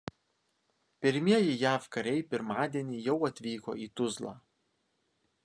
pirmieji jav kariai pirmadienį jau atvyko į tuzlą